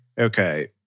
Okay